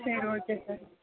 சரி okay sir